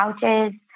couches